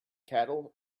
cattle